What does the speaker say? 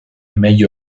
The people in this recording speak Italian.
meglio